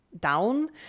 down